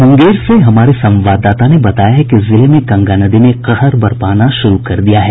मुंगेर से हमारे संवाददाता ने बताया है कि जिले में गंगा नदी ने कहरा बरपाना शुरू कर दिया है